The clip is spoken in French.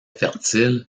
fertile